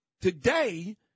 Today